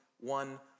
one